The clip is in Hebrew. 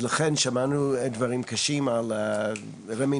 אז לכן שמענו דברים קשים על רמ"י,